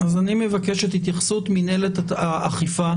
אז אני מבקש את התייחסות מינהלת האכיפה.